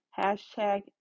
hashtag